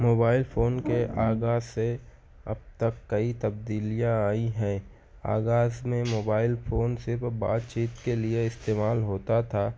mobile phone کے آغاز سے اب تک کئی تبدیلیاں آئی ہیں آغاز میں موبائل فون صرف بات چیت کے لیے استعمال ہوتا تھا